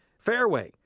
fairway,